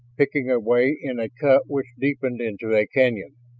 picking a way in a cut which deepened into a canyon.